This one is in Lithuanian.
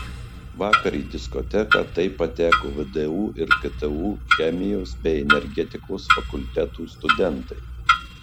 vakar į diskoteką taip pateko vdu ir ktu chemijos bei energetikos fakultetų studentai